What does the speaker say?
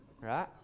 Right